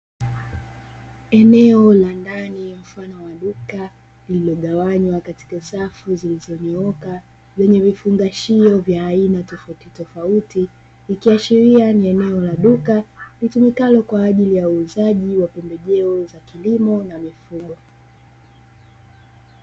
Eneo la ndani mfano wa duka lililogawanywa katika safu zilizonyooka, zenye vifungashio vya aina tofautitofauti, ikiashiria ni eneo la duka litumikalo kwa ajili ya uuzaji wa pembejeo za kilimo na mifugo.